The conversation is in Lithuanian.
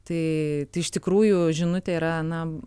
tai iš tikrųjų žinutė yra na